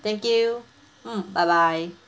thank you mm bye bye